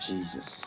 Jesus